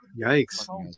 Yikes